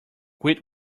quit